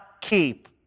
keep